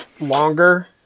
longer